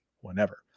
whenever